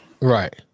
Right